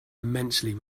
immensely